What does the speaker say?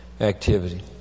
activity